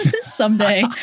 Someday